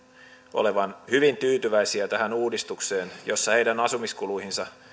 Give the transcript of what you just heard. olevan hyvin tyytyväisiä tähän uudistukseen jossa heidän asumiskuluihinsa